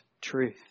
truth